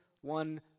one